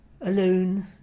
alone